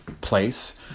place